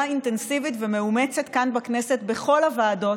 אינטנסיבית ומאומצת כאן בכנסת בכל הוועדות,